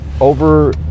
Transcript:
over